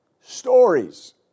stories